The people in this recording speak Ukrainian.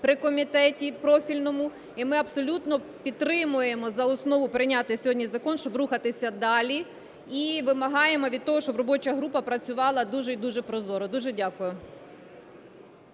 при комітеті профільному. І ми абсолютно підтримуємо за основу прийняти сьогодні закон, щоб рухатися далі. І вимагаємо від того, щоб робоча група працювала дуже і дуже прозоро. Дуже дякую.